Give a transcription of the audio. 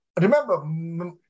Remember